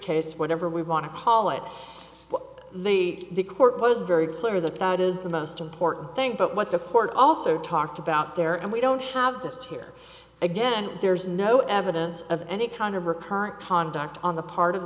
case whatever we want to call it the the court was very clear the doubt is the most important thing but what the court also talked about there and we don't have this here again there's no evidence of any kind of recurrent conduct on the part of